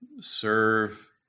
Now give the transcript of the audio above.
serve